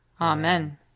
Amen